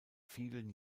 vielen